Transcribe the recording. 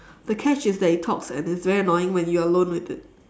the catch is that it talks and it's very annoying when you're alone with it